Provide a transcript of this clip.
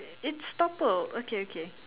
it's toppled okay okay